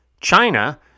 China